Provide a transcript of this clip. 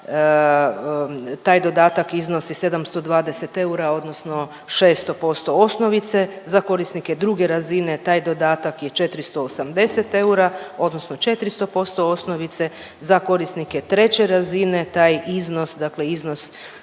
taj dodatak iznosi 720 eura, odnosno 600 posto osnovice. Za korisnike druge razine taj dodatak je 480 eura, odnosno 400 posto osnovice. Za korisnike treće razine taj iznos, dakle iznos